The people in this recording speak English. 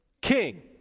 King